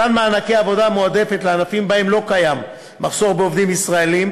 מתן מענקי עבודה מועדפת לענפים שבהם לא קיים מחסור בעובדים ישראלים